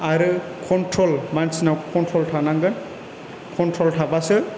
आरो कन्ट्रल मानसिनाव कन्ट्रल थानांगोन कन्ट्रल थाबासो